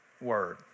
word